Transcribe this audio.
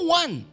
one